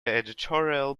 editorial